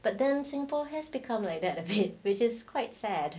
but then singapore has become like that of it which is quite sad